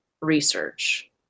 research